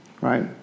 right